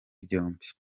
byombi